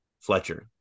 Fletcher